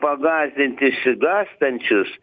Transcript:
pagąsdint išsigąstančius